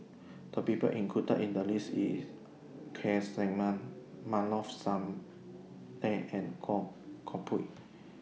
The People included in The list IS Keith Simmons Maarof Salleh and Goh Koh Pui